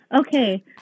Okay